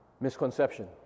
misconception